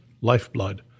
lifeblood